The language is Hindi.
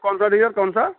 कौन सा नियर कौन सा